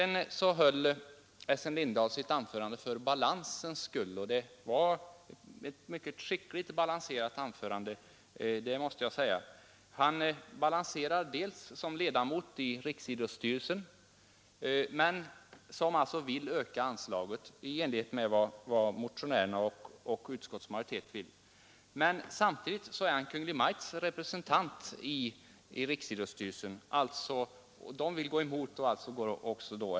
Essen Lindahl sade att han höll sitt anförande för balansens skull. Och det var ett skickligt balanserat anförande. Han är alltså ledamot av riksidrottsstyrelsen, som vill att anslaget ökas i enlighet med vad motionärerna och utskottsmajoriteten vill. Men han är också Kungl. Maj:ts representant i riksidrottsstyrelsen. Och eftersom regeringen går emot detta förslag gör Essen Lindahl också det.